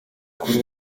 kuri